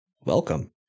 welcome